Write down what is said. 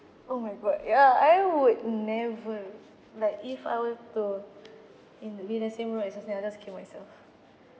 oh my god ya I would never like if I were to in be in the same room as a snake I will just kill myself